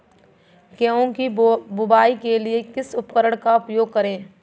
गेहूँ की बुवाई के लिए किस उपकरण का उपयोग करें?